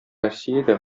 россиядә